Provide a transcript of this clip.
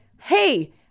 hey